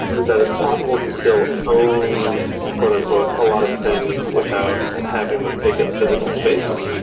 is that it's possible to still own quote unquote a lot of things without having them take up physical space.